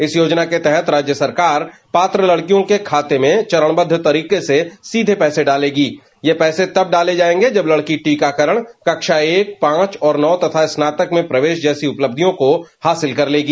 इस योजना के तहत राज्य सरकार पात्र लड़कियों के खाते में चरणबद्ध तरीके से सीधे पैसे डालेगी ये पैसे तब डाले जायेंगे जब लड़की का टीकाकरण कक्षा एक पांच और नौ तथा स्नातक में प्रवेश जैसी उपलब्धि को हासिल कर लेगी